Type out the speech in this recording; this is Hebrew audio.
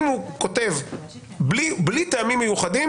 אם הוא כותב בלי טעמים מיוחדים,